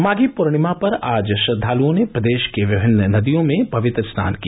माघी पूर्णिमा पर आज श्रद्वालुओं ने प्रदेश की विभिन्न नदियों में पवित्र स्नान किया